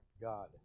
God